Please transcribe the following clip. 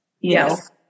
Yes